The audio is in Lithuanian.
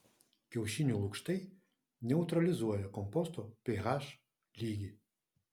kiaušinių lukštai neutralizuoja komposto ph lygį